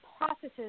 processes